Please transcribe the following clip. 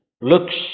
looks